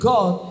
God